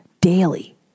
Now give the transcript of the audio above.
daily